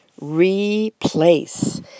replace